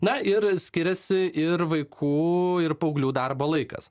na ir skiriasi ir vaikų ir paauglių darbo laikas